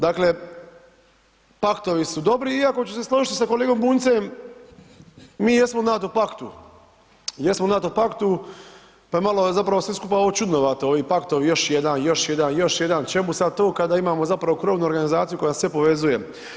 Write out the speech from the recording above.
Dakle, paktovi su dobri iako ću se složiti sa kolegom Bunjcem, mi jesmo u NATO paktu, jesmo u NATO paktu, pa malo, zapravo sve skupa ovo je čudnovato, ovi paktovi, još jedan, još jedan, još jedan, čemu sad to kada imamo zapravo krovnu organizaciju koja sve povezuje.